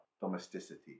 domesticity